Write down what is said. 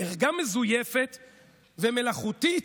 ערגה מזויפת ומלאכותית,